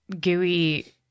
gooey